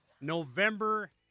November